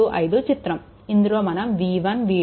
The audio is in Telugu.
35 చిత్రం ఇందులో మనం v1 v2